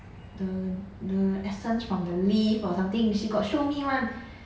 the the essence from the leave or something she got show me [one]